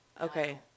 Okay